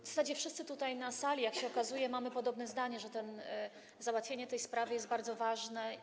W zasadzie wszyscy tutaj na sali, jak się okazuje, mamy podobne zdanie - że załatwienie tej sprawy jest bardzo ważne.